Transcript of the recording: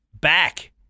back